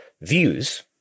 views